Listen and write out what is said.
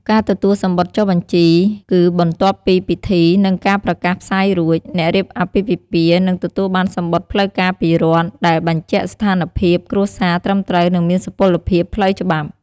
ការទទួលសំបុត្រចុះបញ្ជីគឺបន្ទាប់ពីពិធី និងការប្រកាសផ្សាយរួច អ្នករៀបអាពាហ៍ពិពាហ៍នឹងទទួលបានសំបុត្រផ្លូវការពីរដ្ឋ ដែលបញ្ជាក់ស្ថានភាព គ្រួសារត្រឹមត្រូវ និងមានសុពលភាពផ្លូវច្បាប់។